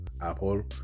Apple